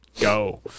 go